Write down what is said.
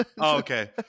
Okay